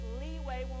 leeway